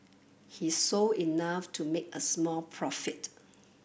he sold enough to make a small profit